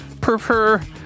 prefer